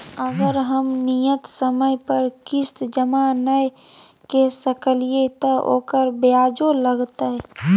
अगर हम नियत समय पर किस्त जमा नय के सकलिए त ओकर ब्याजो लगतै?